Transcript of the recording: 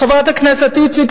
חברת הכנסת איציק,